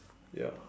ya